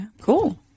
Cool